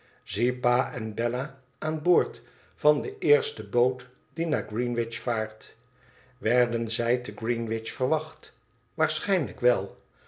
pa en bella aan boord van de eerste boot die naar greenwich vaart werden zij te greenwich gewacht waarschijnlijk wel